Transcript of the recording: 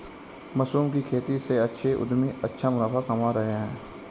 mushroom की खेती से उद्यमी अच्छा मुनाफा कमा रहे हैं